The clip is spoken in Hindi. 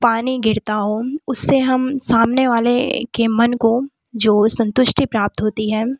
पानी गिरता हो उससे हम सामने वाले के मन को जो संतुष्टि प्राप्त होती है